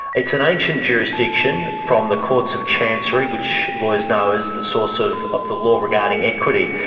it's an ancient jurisdiction from the courts of chancery which lawyers know as the source of ah the law regarding equity,